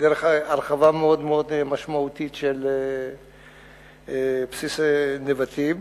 דרך הרחבה מאוד מאוד משמעותית של בסיס נבטים,